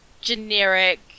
generic